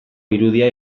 irudia